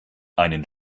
einen